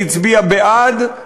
מי הצביע בעד,